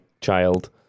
child